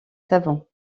savants